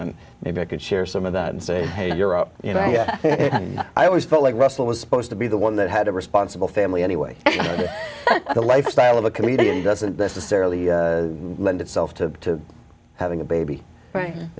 then maybe i could share some of that and say hey you're up you know i always felt like russell was supposed to be the one that had a responsible family anyway the lifestyle of a comedian doesn't necessarily lend itself to having a baby right